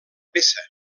peça